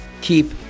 keep